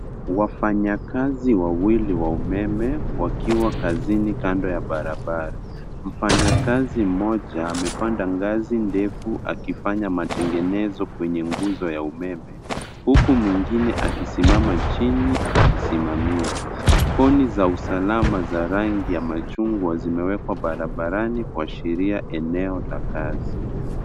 Wafanyakazi wawili wa umeme wakiwa kazini kando ya barabara, mfanyakazi mmoja amepanda gazi ndefu akifanya matengenezo kwenye guzo ya umeme, huku mwingine akisimama chini akisimamia. Kuni za usalama za rangi ya machungwa zimewekwa barabarani kuashiria eneo la kazi.